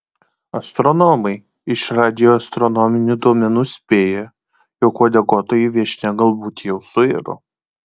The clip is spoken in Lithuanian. astronomai iš radioastronominių duomenų spėja jog uodeguotoji viešnia galbūt jau suiro